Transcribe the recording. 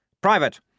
Private